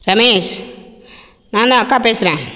ரமேஷ் நான்தான் அக்கா பேசுகிறேன்